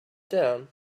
down